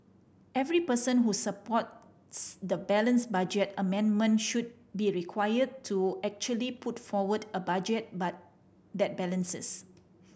every person who supports the balanced budget amendment should be required to actually put forward a budget but that balances